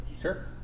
Sure